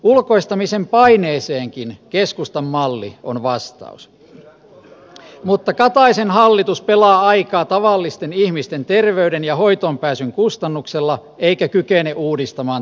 ulkoistamisen paineeseenkin keskustan malli on vastaus mutta kataisen hallitus pelaa aikaa tavallisten ihmisten terveyden ja hoitoonpääsyn kustannuksella eikä kykene uudistamaan terveyspalveluja